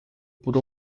por